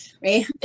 Right